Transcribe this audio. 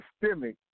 systemic